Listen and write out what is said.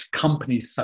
companies